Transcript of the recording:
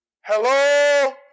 Hello